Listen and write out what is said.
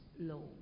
low